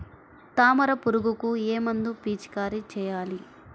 తామర పురుగుకు ఏ మందు పిచికారీ చేయాలి?